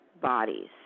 bodies